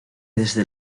desde